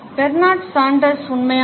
Bernard Sanders உண்மையானவர்